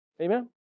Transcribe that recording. Amen